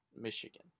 Michigan